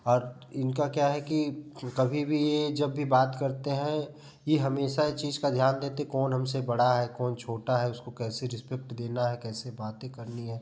और इनका क्या है कि कभी भी ये जब भी बात करते हैं ये हमेशा चीज का ध्यान देते कौन हमसे बड़ा है कौन छोटा है उसको कैसे रीस्पेक्ट देना है कैसे बातें करनी है